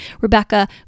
Rebecca